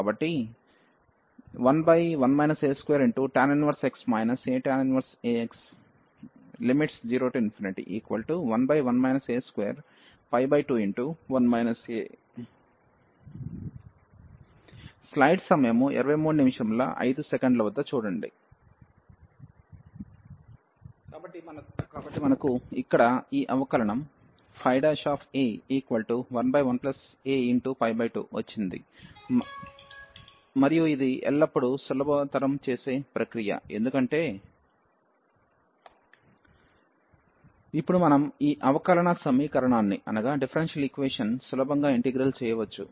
కాబట్టి 11 a2tan 1x atan 1ax |011 a22 కాబట్టి మనకు ఇక్కడ ఈ అవకలనం a11a2వచ్చింది మరియు ఇది ఎల్లప్పుడూ సులభతరం చేసే ప్రక్రియ ఎందుకంటే ఇప్పుడు మనం ఈ అవకలన సమీకరణాన్ని సులభంగా ఇంటిగ్రల్ చేయవచ్చు